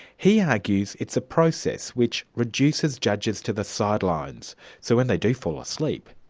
he argues it's a process which reduces judges to the sidelines so when they do fall asleep,